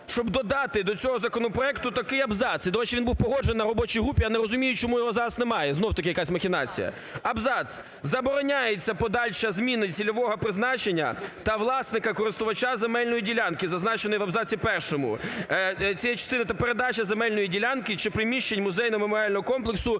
щоб додати до цього законопроекту такий абзац. І, до речі, він був погоджений на робочій групі, я не розумію, чому його зараз немає, знову таки, якась махінація. Абзац: забороняється подальша зміна цільового призначення та власника, користувача земельної ділянки, зазначений в абзаці першому цієї частини та передача земельної ділянки чи приміщень музейно-меморіального комплексу